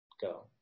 go